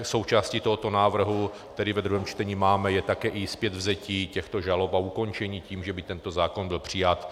Součástí tohoto návrhu, který ve druhém čtení máme, je i zpětvzetí těchto žalob a ukončení tím, že by tento zákon byl přijat.